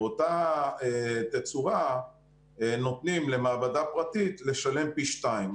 באותה תצורה נותנים למעבדה פרטית לשלם פי שניים,